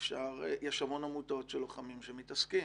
יש המון עמותות של לוחמים שמתעסקות,